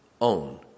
own